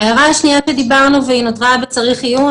ההערה השנייה שדיברנו והיא נותרה בצריך עיון,